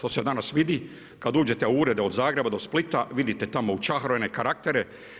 To se danas vidi, kad uđete u urede od Zagreba do Splita, vidite tamo učahurene karaktere.